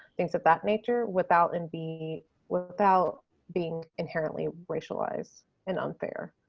things of that nature without and be without being inherently racialized and unfair.